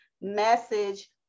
message